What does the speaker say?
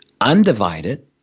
undivided